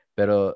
Pero